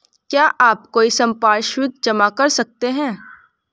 क्या आप कोई संपार्श्विक जमा कर सकते हैं?